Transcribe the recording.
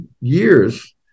years